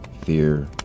fear